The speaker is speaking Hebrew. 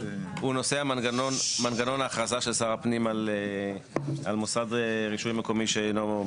המנהל הכללי של משרד האוצר והמנהל הכללי של משרד הבינוי והשיכון,